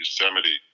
Yosemite